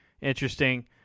interesting